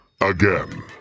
again